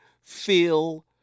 feel